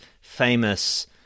famous